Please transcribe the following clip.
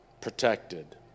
protected